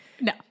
No